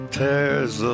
tears